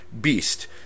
beast